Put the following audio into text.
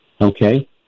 Okay